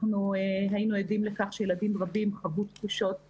אנחנו היינו עדים לכך שילדים רבים חוו תחושות בדידות,